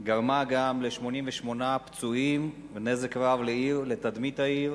גרמה גם ל-88 פצועים, נזק רב לעיר ולתדמית העיר,